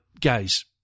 guys